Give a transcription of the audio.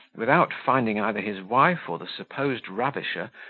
without finding either his wife or the supposed ravisher,